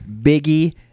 Biggie